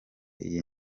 iyi